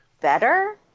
better